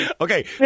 Okay